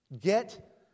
get